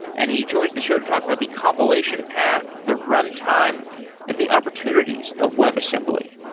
and he joins the show to talk about the compilation path, the runtime and the opportunities of web assembly.